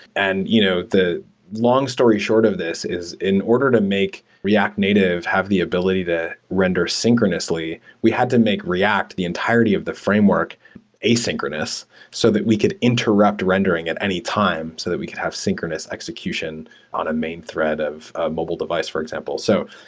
and you know the long story short of this is in order to make react native have the ability to render synchronously, we had to make react the entirety of the framework asynchronous so that we could interrupt rendering at any time so that we could have synchronous execution on a main thread of a mobile device, for example. sedfb ten so,